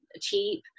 cheap